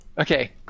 Okay